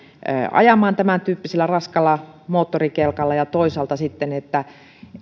ajamaan tämäntyyppisellä raskaalla moottorikelkalla ja toisaalta sitten sitä